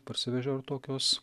parsivežiau ir tokios